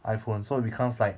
iphone so becomes like